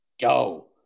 go